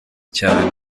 cyane